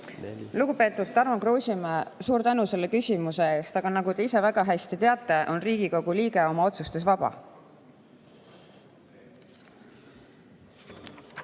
Lugupeetud Tarmo Kruusimäe, suur tänu selle küsimuse eest! Nagu te ise väga hästi teate, on Riigikogu liige oma otsustes vaba.